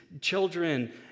children